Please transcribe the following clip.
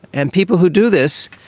and people who do this,